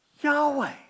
Yahweh